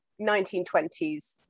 1920s